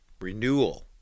renewal